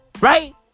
Right